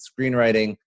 screenwriting